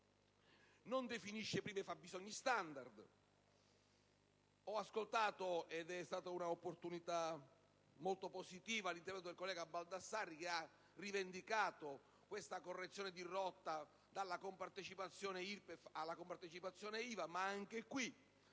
senza definire prima i fabbisogni standard. Ho ascoltato poc'anzi - ed è stata un'opportunità molto positiva - l'intervento del collega Baldassarri, che ha rivendicato questa correzione di rotta dalla compartecipazione IRPEF alla compartecipazione IVA. Anche in